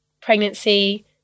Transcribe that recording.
pregnancy